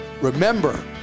Remember